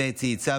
את זה היא צייצה,